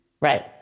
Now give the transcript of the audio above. Right